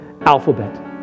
alphabet